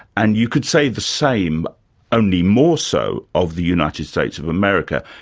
and you could say the same only more so of the united states of america.